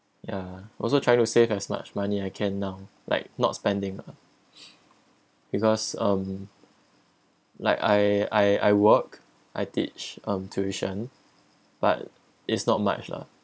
ya also trying to save as much money I can now like not spending ah because um like I I I work I teach um tuition but it's not much lah